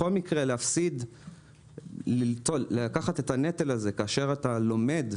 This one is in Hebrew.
בכל מקרה לקחת את הנטל הזה כאשר אתה לומד,